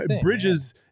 Bridges